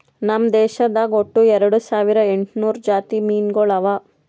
ನಮ್ ದೇಶದಾಗ್ ಒಟ್ಟ ಎರಡು ಸಾವಿರ ಎಂಟು ನೂರು ಜಾತಿ ಮೀನುಗೊಳ್ ಅವಾ